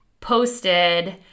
posted